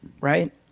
right